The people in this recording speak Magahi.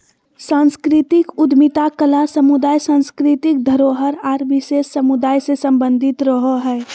सांस्कृतिक उद्यमिता कला समुदाय, सांस्कृतिक धरोहर आर विशेष समुदाय से सम्बंधित रहो हय